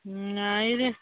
ନାହିଁରେ